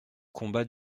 combat